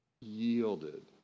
yielded